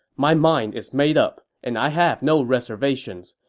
my mind is made up, and i have no reservations.